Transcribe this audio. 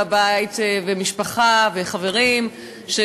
משפחה וחברים בבית,